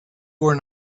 were